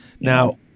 Now